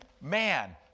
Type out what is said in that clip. man